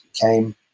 came